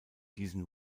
diesen